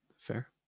Fair